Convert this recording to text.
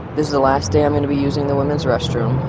is the last day i am going to be using the women's restroom,